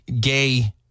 gay